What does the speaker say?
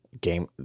game